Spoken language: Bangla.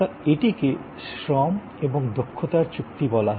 তা এটিকে শ্রম এবং দক্ষতার চুক্তি বলা হয়